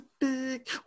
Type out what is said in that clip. Big